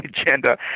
agenda